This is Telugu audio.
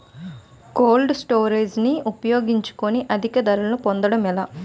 కోల్డ్ స్టోరేజ్ ని ఉపయోగించుకొని అధిక ధరలు పొందడం ఎలా?